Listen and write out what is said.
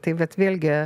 tai vat vėlgi